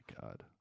god